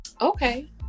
okay